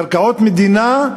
קרקעות מדינה,